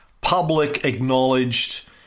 public-acknowledged